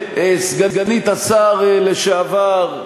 סגנית השר לשעבר,